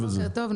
בוקר טוב,